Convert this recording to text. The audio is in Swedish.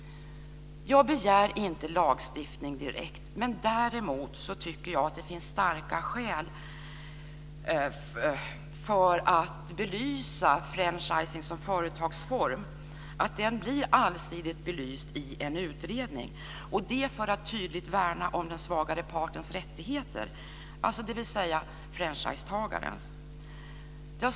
Jag begär inte lagstiftning direkt. Däremot tycker jag att det finns starka skäl för att franchising som företagsform blir allsidigt belyst i en utredning - just för att tydligt värna den svagare partens rättigheter, dvs. franchisetagarens.